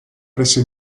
presso